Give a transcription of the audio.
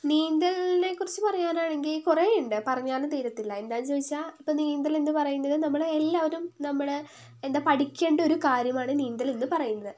നീന്തലിനെക്കുറിച്ച് പറയാനാണെങ്കിൽ കുറെ ഉണ്ട് പറഞ്ഞാലും തീരത്തില്ല എന്താണെന്നു ചോദിച്ചാൽ ഇപ്പോൾ നീന്തലെന്നു പറയുന്നത് നമ്മൾ എല്ലാവരും നമ്മൾ എന്താ പഠിക്കേണ്ട ഒരു കാര്യമാണ് നീന്തലെന്നു പറയുന്നത്